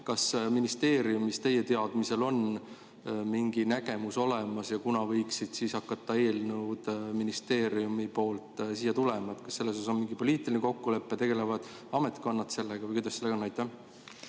Kas ministeeriumis teie teadmisel on mingi nägemus olemas ja kunas võiksid hakata eelnõud ministeeriumi poolt siia tulema? Kas selles osas on mingi poliitiline kokkulepe? Kas ametkonnad tegelevad sellega või kuidas sellega